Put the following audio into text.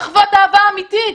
לחוות אהבה אמיתית.